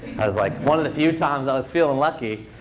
it was, like, one of the few times i was feeling lucky.